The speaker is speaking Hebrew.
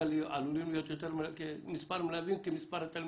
שעלולים להיות מספר מלווים כמספר התלמידים.